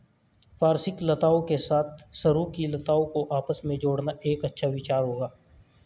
वार्षिक लताओं के साथ सरू की लताओं को आपस में जोड़ना एक अच्छा विचार होगा